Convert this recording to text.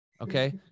Okay